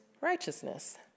righteousness